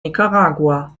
nicaragua